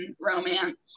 romance